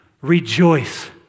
Rejoice